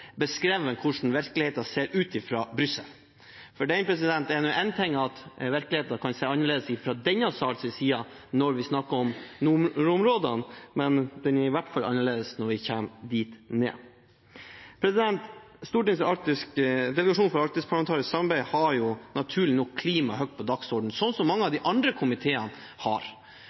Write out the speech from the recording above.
beskrevet hvordan virkeligheten ser ut fra Brussel. Det er én ting at virkeligheten kan se annerledes ut fra denne salen når vi snakker om nordområdene, men den er i hvert fall annerledes når vi kommer dit ned. Stortingets delegasjon for arktisk parlamentarisk samarbeid har naturlig nok klima høyt på dagsordenen, sånn som mange av de andre komiteene.